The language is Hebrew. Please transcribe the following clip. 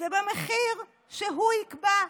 ובמחיר שהוא יקבע.